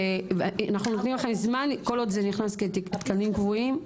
אנחנו נותנים לכם זמן כל עוד זה נכנס כתקנים קבועים,